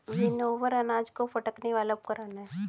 winnower अनाज को फटकने वाला उपकरण है